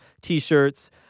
t-shirts